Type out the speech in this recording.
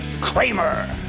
Kramer